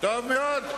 טוב מאוד.